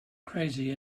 crazy